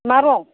मा रं